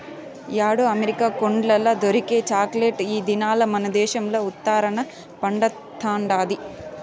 యాడో అమెరికా కొండల్ల దొరికే చాక్లెట్ ఈ దినాల్ల మనదేశంల ఉత్తరాన పండతండాది